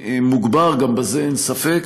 מוגבר, גם בזה אין ספק.